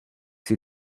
sur